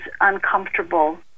uncomfortable